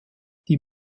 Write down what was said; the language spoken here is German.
die